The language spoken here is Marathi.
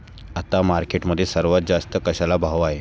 आता मार्केटमध्ये सर्वात जास्त कशाला भाव आहे?